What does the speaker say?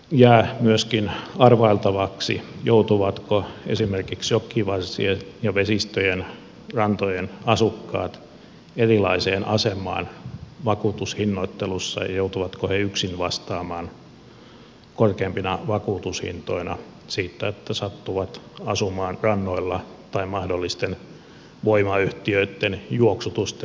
jää myöskin arvailtavaksi joutuvatko esimerkiksi jokivarsien ja vesistöjen rantojen asukkaat erilaiseen asemaan vakuutushinnoittelussa ja joutuvatko he yksin vastaamaan korkeampina vakuutushintoina siitä että sattuvat asumaan rannoilla tai mahdollisten voimayhtiöitten juoksutusten alueella